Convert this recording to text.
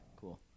cool